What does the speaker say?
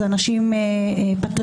זה אנשים פטריוטיים,